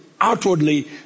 outwardly